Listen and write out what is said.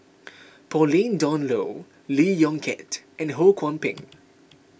Pauline Dawn Loh Lee Yong Kiat and Ho Kwon Ping